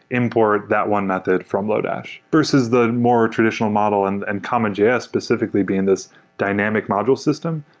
import that one method from lodash. versus the more traditional model and and common js specifically being this dynamic module system.